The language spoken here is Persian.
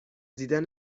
دیدن